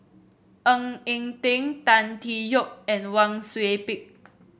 Ng Eng Teng Tan Tee Yoke and Wang Sui Pick